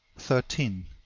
thirteen.